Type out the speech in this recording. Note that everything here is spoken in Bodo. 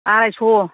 आरायस'